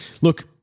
Look